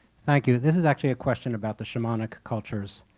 thank you. this is actually a question about the shamanic cultures.